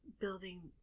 building